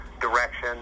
direction